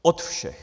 Od všech!